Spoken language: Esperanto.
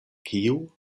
kiu